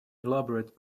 elaborate